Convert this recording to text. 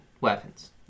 weapons